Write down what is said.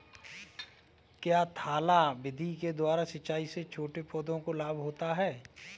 क्या थाला विधि के द्वारा सिंचाई से छोटे पौधों को लाभ होता है?